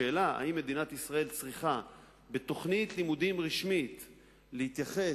השאלה אם מדינת ישראל צריכה בתוכנית לימודים רשמית להתייחס,